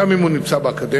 גם אם הוא נמצא באקדמיה,